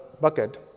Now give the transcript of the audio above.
bucket